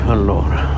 Allora